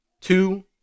two